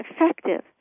effective